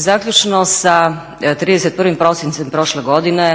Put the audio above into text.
Zaključno sa 31. prosincem prošle godine